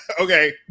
okay